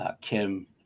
Kim